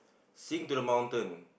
sing to the mountain